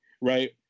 right